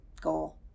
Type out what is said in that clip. goal